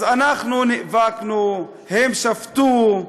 אז אנחנו נאבקנו, הם שבתו,